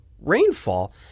rainfall